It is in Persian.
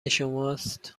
شماست